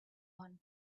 one